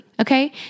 okay